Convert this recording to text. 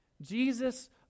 Jesus